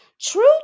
True